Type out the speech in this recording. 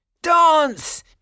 Dance